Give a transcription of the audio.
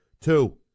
Two